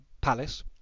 palace